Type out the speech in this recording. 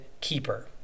keeper